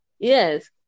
Yes